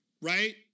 right